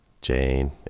Jane